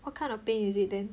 what kind of pain is it then